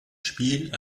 spiel